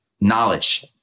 Knowledge